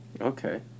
Okay